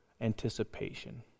anticipation